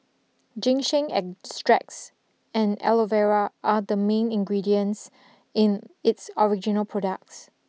Ginseng extracts and Aloe Vera are the main ingredients in its original products